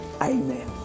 amen